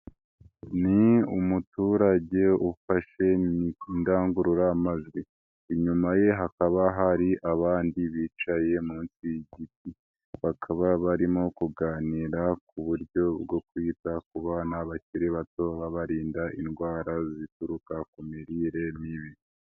Ni umuturage ufashe indangururamajwi. Inyuma ye hakaba hari abandi bicaye munsi y'igiti. Bakaba barimo kuganira ku buryo bwo kwita ku bana bakiri bato babarinda indwara zituruka ku mirire mibi.